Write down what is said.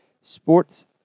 Sports